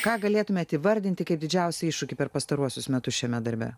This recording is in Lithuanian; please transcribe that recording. ką galėtumėt įvardinti kaip didžiausią iššūkį per pastaruosius metus šiame darbe